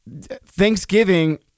Thanksgiving